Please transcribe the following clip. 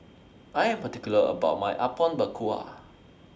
I Am particular about My Apom Berkuah